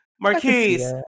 Marquise